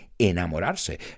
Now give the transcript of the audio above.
enamorarse